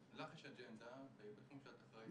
לך יש אג'נדה בתחום שאת אחראית עליו.